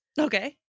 Okay